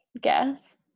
guess